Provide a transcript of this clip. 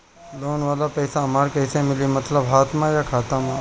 Loan वाला पैसा हमरा कइसे मिली मतलब हाथ में या खाता में?